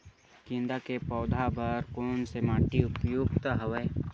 गेंदा के पौधा बर कोन से माटी उपयुक्त हवय?